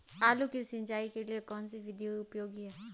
आलू की सिंचाई के लिए कौन सी विधि उपयोगी है?